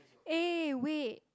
eh wait